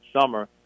summer